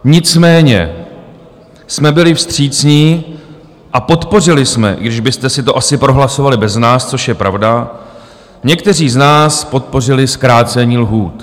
Nicméně jsme byli vstřícní a podpořili jsme, i když byste si to asi prohlasovali bez nás, což je pravda, někteří z nás podpořili zkrácení lhůt.